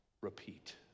repeat